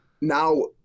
now